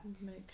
make